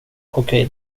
okej